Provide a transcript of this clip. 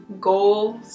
goals